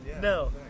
No